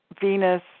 Venus